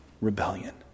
rebellion